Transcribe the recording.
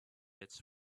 its